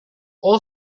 all